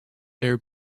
air